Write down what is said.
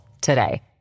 today